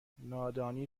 نادانی